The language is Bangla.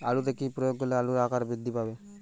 আলুতে কি প্রয়োগ করলে আলুর আকার বৃদ্ধি পাবে?